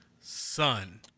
Son